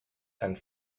and